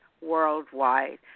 worldwide